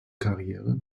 karriere